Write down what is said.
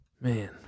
Man